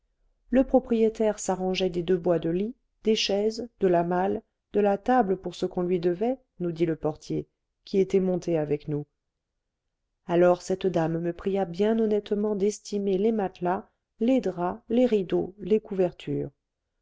le propriétaire s'arrangeait des deux bois de lits des chaises de la malle de la table pour ce qu'on lui devait nous dit le portier qui était monté avec nous alors cette dame me pria bien honnêtement d'estimer les matelas les draps les rideaux les couvertures